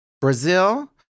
Brazil